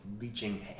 reaching